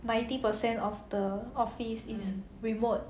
ninety per cent of the office is remote